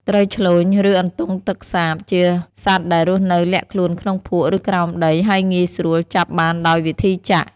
ត្រីឆ្លូញ ឬអន្ទង់ទឹកសាប ជាសត្វដែលរស់នៅលាក់ខ្លួនក្នុងភក់ ឬក្រោមដី ហើយងាយស្រួលចាប់បានដោយវិធីចាក់។